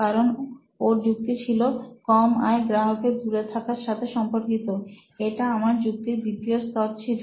কারণ ওর যুক্তি ছিল কম আয় গ্রাহকের দূরে থাকার সাথে সম্পর্কিত এটা আমার যুক্তির দ্বিতীয় স্তর ছিল